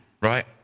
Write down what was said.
right